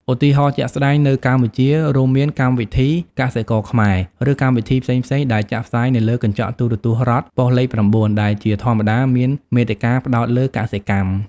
ឧទាហរណ៍ជាក់ស្ដែងនៅកម្ពុជា រួមមានកម្មវិធី កសិករខ្មែរ ឬកម្មវិធីផ្សេងៗដែលចាក់ផ្សាយនៅលើកញ្ចក់ទូរទស្សន៍រដ្ឋ ប៉ុស្តិ៍លេខ៩ដែលជាធម្មតាមានមាតិកាផ្តោតលើកសិកម្ម។